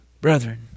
brethren